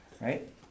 right